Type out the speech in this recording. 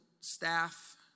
staff